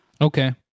Okay